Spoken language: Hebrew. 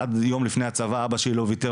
עד יום לפני הצבא אבא שלי לא ויתר,